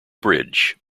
bridge